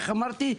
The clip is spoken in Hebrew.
כך אמרתי.